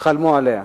חלמו עליה.